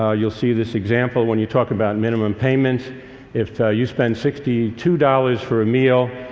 ah you'll see this example when you talk about minimum payment if you spent sixty two dollars for a meal,